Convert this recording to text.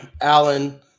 Alan